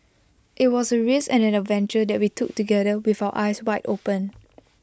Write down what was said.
IT was A risk and an adventure that we took together with our eyes wide open